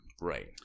right